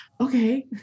okay